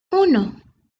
uno